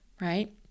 Right